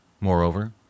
Moreover